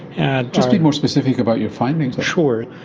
and just be more specific about your findings. sure.